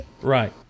Right